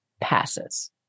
passes